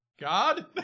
God